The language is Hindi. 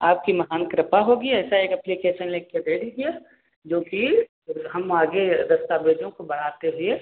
आपकी महान कृपा होगी ऐसा एक अप्लीकेसन लिखकर दे दीजिए जो कि फिर हम आगे दस्तावेज़ों को बढ़ाते हुए